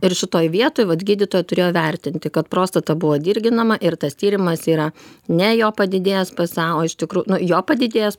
ir šitoj vietoj vat gydytoja turėjo vertinti kad prostata buvo dirginama ir tas tyrimas yra ne jo padidėjęs psa o iš tikrų nu jo padidėjęs